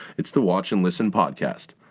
it's the watch and listen podcast!